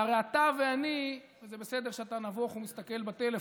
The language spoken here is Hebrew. והרי אתה ואני, וזה בסדר שאתה נבוך ומסתכל בטלפון,